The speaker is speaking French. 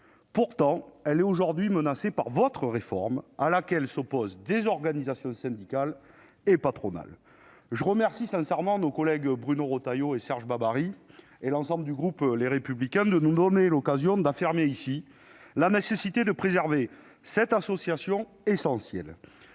Pourtant, elle est aujourd'hui menacée par une réforme à laquelle s'opposent des organisations syndicales et patronales. Je remercie sincèrement nos collègues Bruno Retailleau et Serge Babary, ainsi que l'ensemble du groupe Les Républicains, de nous donner l'occasion d'affirmer ici la nécessité de préserver cette association essentielle.